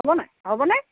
হ'ব নাই হ'বনে